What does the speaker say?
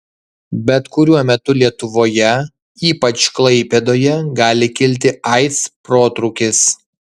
bet kuriuo metu lietuvoje ypač klaipėdoje gali kilti aids protrūkis